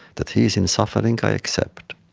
that he is in suffering, i accept.